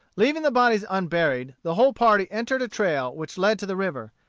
leaving the bodies unburied, the whole party entered a trail which led to the river,